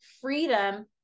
freedom